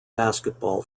basketball